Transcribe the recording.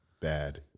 Bad